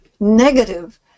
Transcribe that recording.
negative